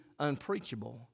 unpreachable